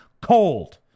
cold